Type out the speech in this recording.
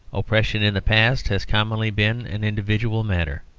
oppression in the past, has commonly been an individual matter.